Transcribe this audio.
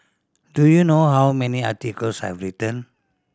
do you know how many articles I've written